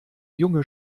junge